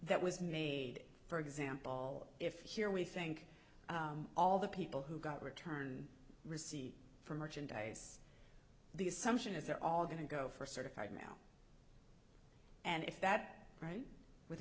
that was made for example if here we think all the people who got return receipt for merchandise the assumption is they're all going to go for certified mail and if that right with